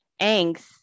angst